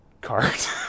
cart